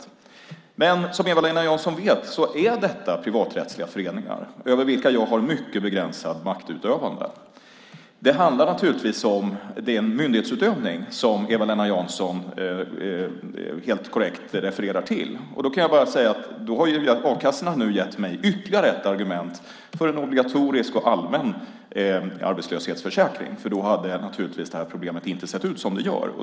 Men som Eva-Lena Jansson vet är detta privaträttsliga föreningar över vilka jag har mycket begränsad makt. Det är en myndighetsutövning som Eva-Lena Jansson helt korrekt refererar till. Därmed har a-kassorna gett mig ytterligare ett argument för en obligatorisk och allmän arbetslöshetsförsäkring. I så fall hade naturligtvis det här problemet inte sett ut som det gör.